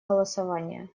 голосования